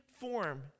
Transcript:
form